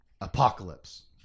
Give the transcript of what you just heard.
apocalypse